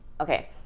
okay